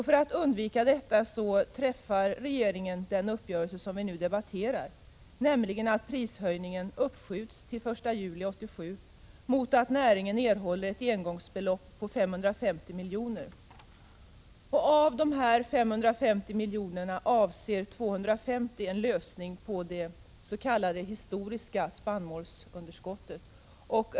För att undvika detta har regeringen träffat den uppgörelse som vi nu debatterar, nämligen att prishöjningen uppskjuts till den 1 juli 1987 mot att jordbruksnäringen erhåller ett engångsbelopp på 555 milj.kr. Av dessa 555 miljoner avser 250 miljoner en lösning på problemet med det s.k. historiska underskottet i spannmålskassan.